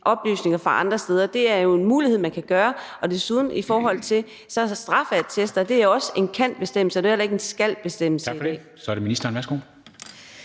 oplysninger fra andre steder – det er en mulighed, at man kan gøre det. Desuden er det sådan i forhold til straffeattester, at det også er en »kan«-bestemmelse; det er ikke en »skal«-bestemmelse.